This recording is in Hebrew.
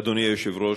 אדוני היושב-ראש.